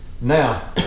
Now